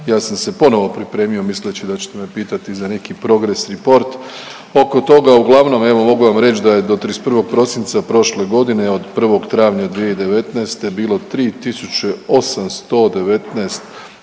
Ja sam se ponovo pripremio misleći da ćete me pitati za neki progres report oko toga, uglavnom evo mogu vam reć da je do 31. prosinca prošle godine, od 1. travnja 2019. bilo 3.819 podnesaka